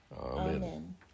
Amen